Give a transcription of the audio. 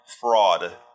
fraud